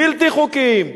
בלתי חוקיים,